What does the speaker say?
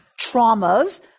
traumas